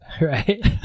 Right